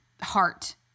heart